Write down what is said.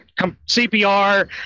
CPR